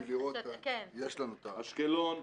אשקלון,